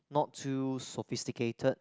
not too sophisticated